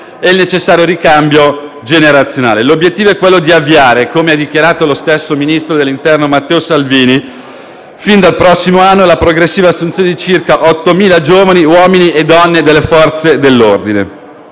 e il necessario ricambio generazionale. L'obiettivo è quello di avviare, come ha dichiarato lo stesso ministro dell'interno Matteo Salvini, fin dal prossimo anno, la progressiva assunzione di circa 8.000 giovani, uomini e donne, nelle Forze dell'ordine.